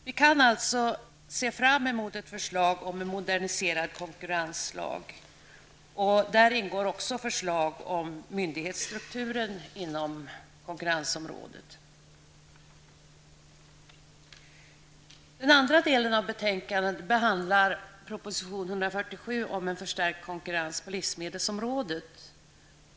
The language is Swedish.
Vi kan alltså se fram emot ett förslag om en moderniserad konkurrenslag. I arbetet härmed ingår också förslag om myndighetsstrukturen inom konkurrensområdet. Den andra delen av betänkandet behandlar proposition nr 147 om en förstärkt konkurrens på livsmedelsområdet.